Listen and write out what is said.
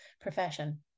profession